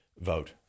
vote